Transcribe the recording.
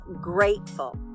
grateful